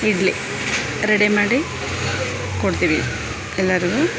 idli ready ಮಾಡಿ ಕೊಡ್ತೀವಿ ಎಲ್ಲಾರಿಗು